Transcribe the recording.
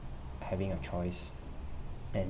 having a choice and